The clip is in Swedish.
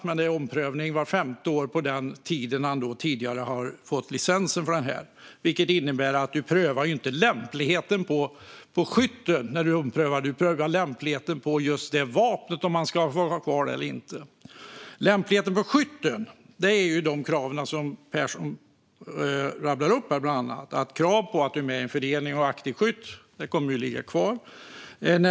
Men det är omprövning vart femte år av de vapen som han tidigare har fått licens för, vilket innebär att det inte är lämpligheten hos skytten som prövas utan lämpligheten att få ha kvar just vapnet eller inte. Kraven på skyttens lämplighet är bland annat de som Johan Pehrson rabblade upp. Kravet på att man är med i en förening och är aktiv skytt kommer att ligga kvar.